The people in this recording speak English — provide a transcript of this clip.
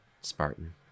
Spartan